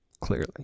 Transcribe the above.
clearly